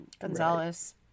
Gonzalez